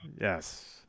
yes